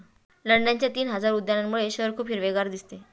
लंडनच्या तीन हजार उद्यानांमुळे शहर खूप हिरवेगार दिसते